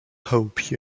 hope